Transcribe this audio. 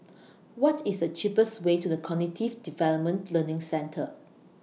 What IS The cheapest Way to The Cognitive Development Learning Centre